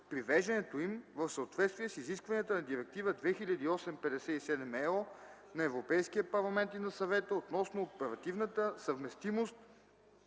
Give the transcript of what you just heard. привеждането им в съответствие с изискванията на Директива 2008/57/ЕО на Европейския парламент и на Съвета относно оперативната съвместимост